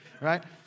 right